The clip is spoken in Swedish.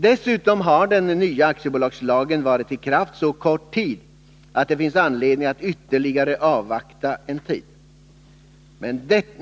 Dessutom har den nya aktiebolagslagen varit i kraft så kort tid att det finns anledning att avvakta ytterligare en tid.